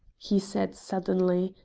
he said suddenly,